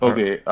Okay